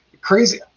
crazy